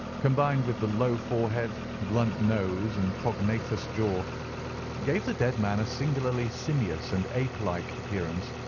combined with the low forehead, blunt nose, and prognathous jaw gave the dead man a singularly simious and ape-like appearance,